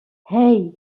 hey